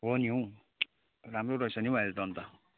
हो नि हौ राम्रो रहेछ नि हौ अहिले त अन्त